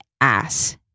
ass